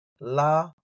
La